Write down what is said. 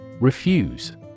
Refuse